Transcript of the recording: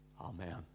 Amen